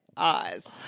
Oz